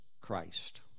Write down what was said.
Christ